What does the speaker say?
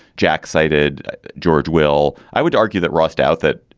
jack cited george will. i would argue that ross douthat,